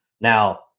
Now